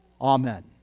Amen